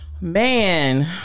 Man